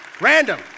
Random